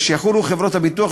חברות הביטוח,